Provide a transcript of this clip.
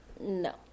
No